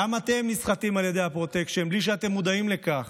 גם אתם נסחטים על ידי הפרוטקשן בלי שאתם מודעים לכך,